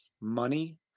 money